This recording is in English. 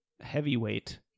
heavyweight